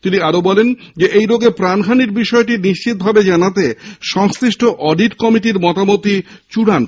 তিনি আরো বলেন ঐ রোগে প্রাণহানির বিষয়টি নিশ্চিতভাবে জানাতে সংশ্লিষ্ট অডিট কমিটির মতামতই চূড়ান্ত